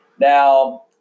Now